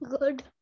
Good